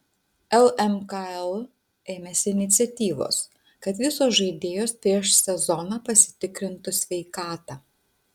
lmkl ėmėsi iniciatyvos kad visos žaidėjos prieš sezoną pasitikrintų sveikatą